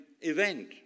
event